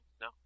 no